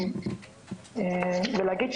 אני רוצה להגיד,